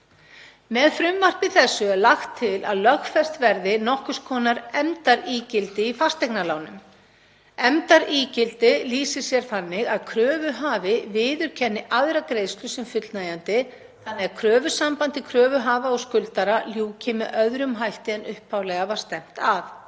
Með frumvarpi þessu er lagt til að lögfest verði nokkurs konar efndaígildi í fasteignalánum. Efndaígildi lýsir sér þannig að kröfuhafi viðurkennir aðra greiðslu sem fullnægjandi þannig að kröfusambandi kröfuhafa og skuldara ljúki með öðrum hætti en upphaflega var stefnt að.